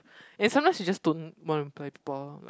and sometimes you just don't want to reply people like